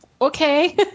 okay